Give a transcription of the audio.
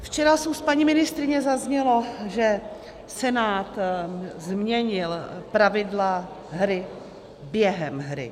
Včera z úst paní ministryně zaznělo, že Senát změnil pravidla hry během hry.